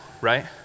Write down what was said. Right